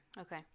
Okay